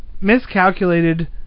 miscalculated